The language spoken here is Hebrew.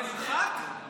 אתה בקריאה שנייה.